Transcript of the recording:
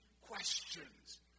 questions